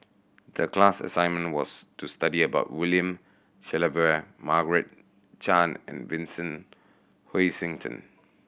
the class assignment was to study about William Shellabear Margaret Chan and Vincent Hoisington